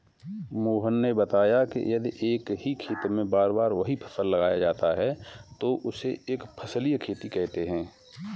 मोहन ने बताया कि यदि एक ही खेत में बार बार वही फसल लगाया जाता है तो उसे एक फसलीय खेती कहते हैं